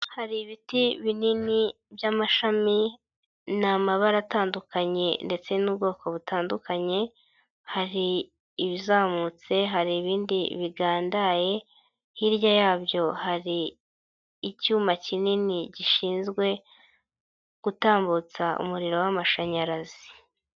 Hari ibiti binini by'amashami, ni amabara atandukanye ndetse n'ubwoko butandukanye, hari ibizamutse, hari ibindi bigandaye, hirya yabyo hari icyuma kinini gishinzwe gutambutsa umuriro w'amashanyarazi.